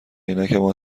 عینکمو